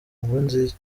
nkurunziza